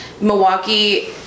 Milwaukee